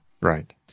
Right